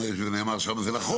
זה לא אומר אם זה נאמר שם זה נכון.